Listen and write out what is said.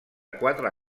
quatre